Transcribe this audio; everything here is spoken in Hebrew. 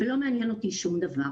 ולא מעניין אותי שום דבר,